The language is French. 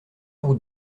route